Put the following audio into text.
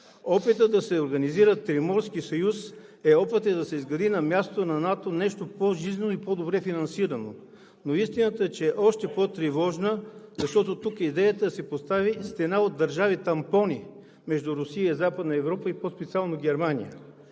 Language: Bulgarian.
Опитът да се организира триморски съюз е опит да се изгради на мястото на НАТО нещо по-жизнено и по-добре финансирано. Но истината е още по-тревожна, защото тук идеята е да се постави стена от държави – тампони, между Русия и Западна Европа, и по специално Германия…